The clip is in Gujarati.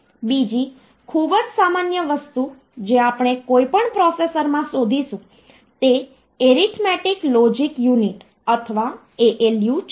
બીજી ખૂબ જ સામાન્ય વસ્તુ જે આપણે કોઈપણ પ્રોસેસરમાં શોધીશું તે એરિથમેટિક લોજિક યુનિટ અથવા ALU છે